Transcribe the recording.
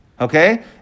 okay